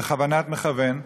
בכוונת מכוון,